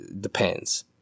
depends